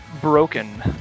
broken